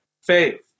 faith